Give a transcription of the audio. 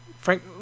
frank